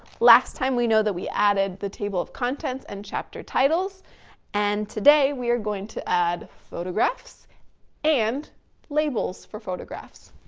last time we know that we added, the table of contents and chapter titles and today we are going to add photographs and labels for photographs.